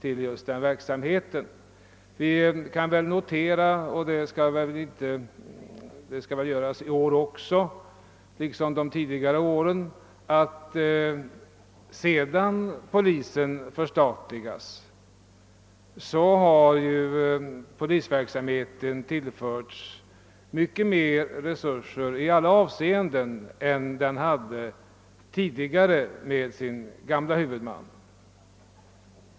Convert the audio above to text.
Inför detta år liksom inför tidigare år kan vi notera att sedan polisen förstatligats har dess verksamhet tillförts mycket större resurser i alla avseenden än den tidigare fick genom sin gamla huvudman.